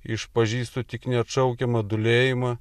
išpažįstu tik neatšaukiamą dūlėjimą